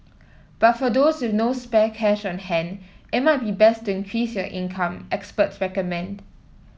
but for those with no spare cash on hand it might be best to increase your income experts recommend